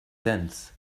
sense